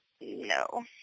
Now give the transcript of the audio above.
No